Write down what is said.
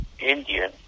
Indian